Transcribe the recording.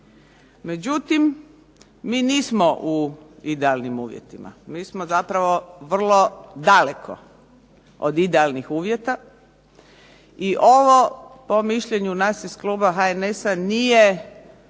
Međutim, mi nismo u idealnim uvjetima. Mi smo zapravo vrlo daleko od idealnih uvjeta i ovo, po mišljenju nas iz kluba HNS-a, nije